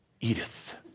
Edith